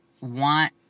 want